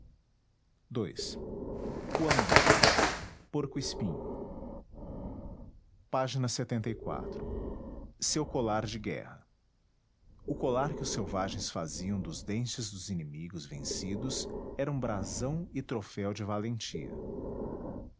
e ao uandu orco espinho ág eu colar de guerra o colar que os selvagens faziam dos dentes dos inimigos vencidos era um brasão e troféu de valentia